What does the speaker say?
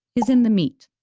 is in the meat.